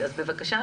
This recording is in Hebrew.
בבקשה.